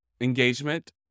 engagement